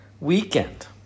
weekend